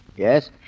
Yes